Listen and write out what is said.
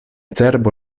cerbo